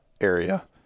area